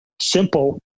simple